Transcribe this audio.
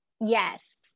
Yes